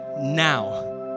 now